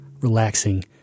relaxing